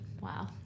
Wow